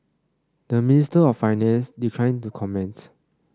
the Minister of Finance declined to comment